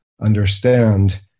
understand